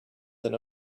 than